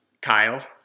Kyle